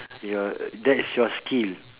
your that's your skill